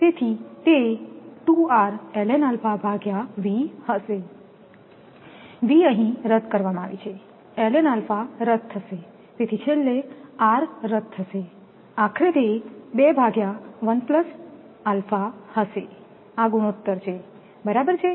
તેથી તે હશે V રદ કરવામાં આવશે રદ થશે તેથી છેલ્લે r રદ થશે આખરે તે હશે આ ગુણોત્તર છે બરાબર છે